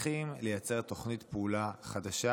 צריכה לייצר תוכנית פעולה חדשה